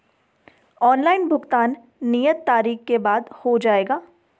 Online भुगतान नियत तारीख के बाद हो जाएगा?